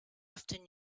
often